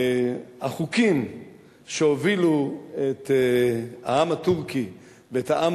החוקים שהובילו את העם הטורקי ואת העם